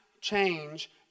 change